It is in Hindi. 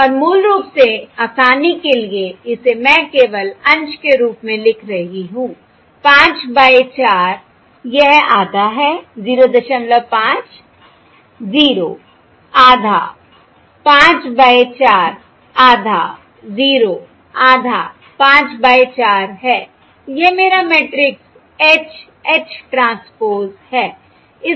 और मूल रूप से आसानी के लिए इसे मैं केवल अंश के रूप में लिख रही हूँ 5 बाय 4 यह आधा है 05 0आधा 5 बाय 4 आधा 0 आधा 5 बाय 4 है यह मेरा मैट्रिक्स H H ट्रांसपोज़ है